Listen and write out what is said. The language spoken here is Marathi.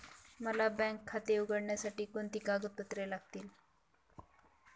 मला बँक खाते उघडण्यासाठी कोणती कागदपत्रे लागतील?